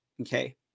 okay